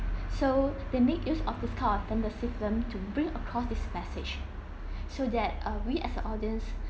so they make use of this kind of fantasy film to bring across this message so that uh we as a audience